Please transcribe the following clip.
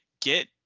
get